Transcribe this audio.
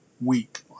week